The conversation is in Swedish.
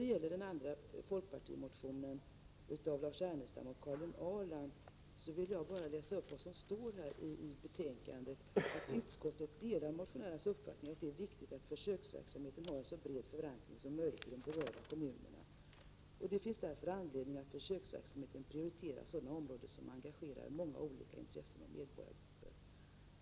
Beträffande det andra folkpartiyrkandet av Lars Ernestam och Karin Ahrland vill jag läsa upp vad som står i betänkandet: ”Utskottet delar motionärernas uppfattning att det är viktigt att försöksverksamheten har en så bred förankring som möjligt i de berörda kommunerna. Det finns därför anledning att i försöksverksamheten prioritera sådana områden som engagerar många olika intressen och medborgargrupper.